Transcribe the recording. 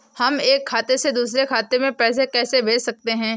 हम एक खाते से दूसरे खाते में पैसे कैसे भेज सकते हैं?